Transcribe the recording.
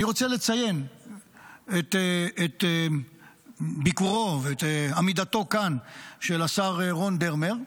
אני רוצה לציין את ביקורו ואת עמידתו כאן של השר רון דרמר,